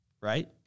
right